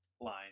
line